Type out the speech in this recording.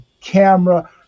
camera